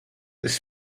this